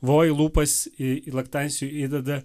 vo į lūpas į laktancijų įdeda